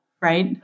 right